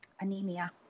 Anemia